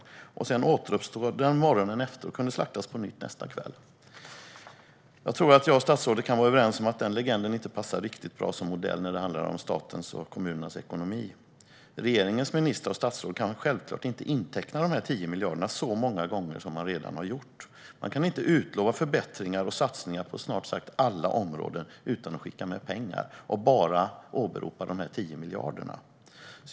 Morgonen efter återuppstod den och kunde slaktas på nytt nästa kväll. Jag tror att jag och statsrådet kan vara överens om att den legenden inte passar riktigt bra som modell när det handlar om statens och kommunernas ekonomi. Regeringens ministrar och statsråd kan självklart inte inteckna de 10 miljarderna så många gånger som man redan har gjort. Man kan inte utlova förbättringar och satsningar på snart sagt alla områden, utan att skicka med pengar, och bara åberopa de 10 miljarderna.